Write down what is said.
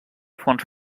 fons